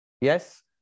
Yes